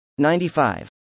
95